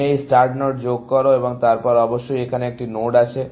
তুমি এই start node যোগ করো এবং তারপর অবশ্যই এখানে একটি নোড আছে